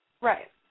Right